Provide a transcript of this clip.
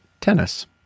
Tennis